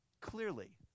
clearly